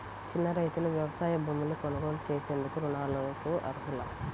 చిన్న రైతులు వ్యవసాయ భూములు కొనుగోలు చేసేందుకు రుణాలకు అర్హులా?